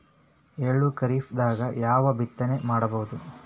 ಎಳ್ಳು ಖರೀಪದಾಗ ಯಾವಗ ಬಿತ್ತನೆ ಮಾಡಬಹುದು?